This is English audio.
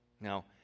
now